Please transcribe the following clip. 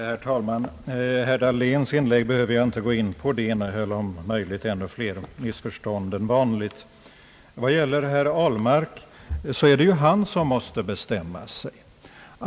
Herr talman! Herr Dahléns inlägg behöver jag inte gå in på. Det innehöll om möjligt ännu fler missförstånd än vanligt. Vad gäller herr Ahlmark är det ju han som måste bestämma sig.